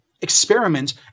experiment